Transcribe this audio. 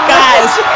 guys